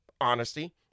honesty